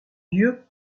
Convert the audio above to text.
dieu